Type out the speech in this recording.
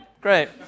Great